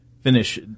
finish